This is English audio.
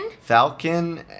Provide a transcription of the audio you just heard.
falcon